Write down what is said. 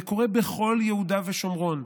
זה קורה בכל יהודה ושומרון.